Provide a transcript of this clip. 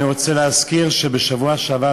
אני רוצה להזכיר שבשבוע שעבר,